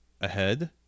ahead